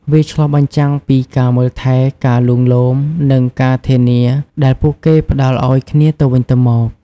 វាឆ្លុះបញ្ចាំងពីការមើលថែ ការលួងលោម និងការធានាដែលពួកគេផ្តល់ឲ្យគ្នាទៅវិញទៅមក។